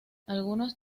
algunos